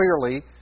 clearly